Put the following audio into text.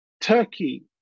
Turkey